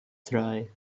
try